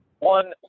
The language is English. One